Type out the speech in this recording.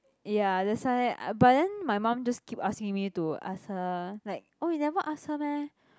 ya that's why but then my mum just keep asking me to ask her like oh you never ask her meh